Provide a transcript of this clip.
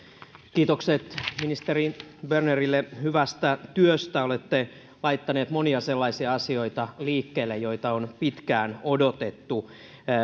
kiitokset ministeri bernerille hyvästä työstä olette laittanut monia sellaisia asioita liikkeelle joita on pitkään odotettu